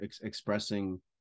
expressing